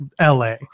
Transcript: LA